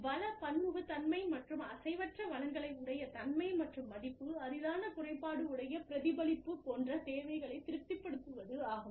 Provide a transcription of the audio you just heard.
வள பன்முகத்தன்மை மற்றும் அசைவற்ற வளங்களை உடைய தன்மை மற்றும் மதிப்பு அரிதான குறைபாடு உடைய பிரதிபலிப்பு போன்ற தேவைகளைத் திருப்திப்படுத்துவது ஆகும்